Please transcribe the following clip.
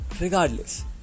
Regardless